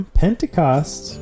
pentecost